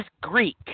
Greek